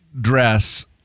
dress